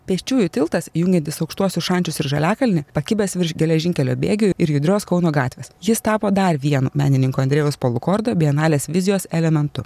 pėsčiųjų tiltas jungiantis aukštuosius šančius ir žaliakalnį pakibęs virš geležinkelio bėgių ir judrios kauno gatvės jis tapo dar vienu menininko andrejaus polukordo bienalės vizijos elementu